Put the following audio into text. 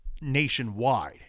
nationwide